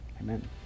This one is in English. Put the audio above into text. Amen